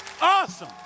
Awesome